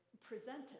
presented